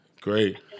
Great